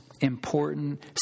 important